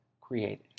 created